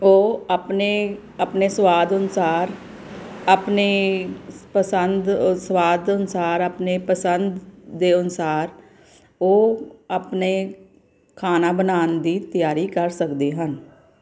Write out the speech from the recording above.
ਉਹ ਆਪਣੇ ਆਪਣੇ ਸਵਾਦ ਅਨੁਸਾਰ ਆਪਣੇ ਪਸੰਦ ਸਵਾਦ ਅਨੁਸਾਰ ਆਪਣੇ ਪਸੰਦ ਦੇ ਅਨੁਸਾਰ ਉਹ ਆਪਣੇ ਖਾਣਾ ਬਣਾਉਣ ਦੀ ਤਿਆਰੀ ਕਰ ਸਕਦੇ ਹਨ